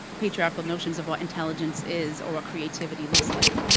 patriarchal notions of what intelligence is, or what creativity looks like.